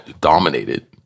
dominated